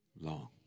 long